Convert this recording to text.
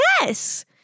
Yes